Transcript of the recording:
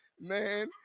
Man